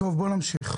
טוב, בואו נמשיך.